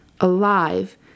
alive